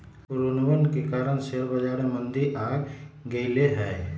कोरोनवन के कारण शेयर बाजार में मंदी आ गईले है